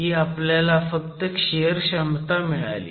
ही आपल्याला फक्त शियर क्षमता मिळाली